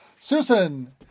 Susan